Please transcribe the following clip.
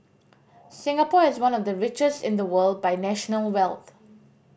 Singapore is one of the richest in the world by national wealth